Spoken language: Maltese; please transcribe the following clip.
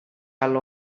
għall